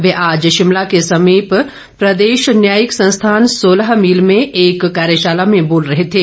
वे आज शिमला के समीप प्रदेश न्यायिक संस्थान सोलह मील में एक कार्यशाला में बोल रहे थे